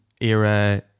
era